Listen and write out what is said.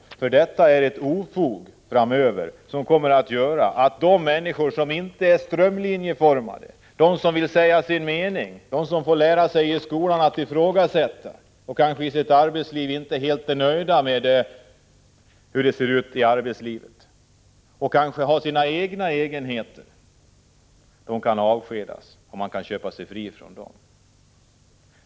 Det är fråga om ett ofog som kommer att innebära att de människor som inte är strömlinjeformade — de som vill säga sin mening, de som fått lära i skolan att ifrågasätta och som kanske inte är helt nöjda med hur det ser ut i arbetslivet, som kanske har sina egenheter — de kan avskedas, och man kan köpa sig fri från dem.